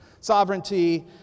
sovereignty